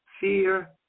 fear